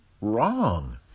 wrong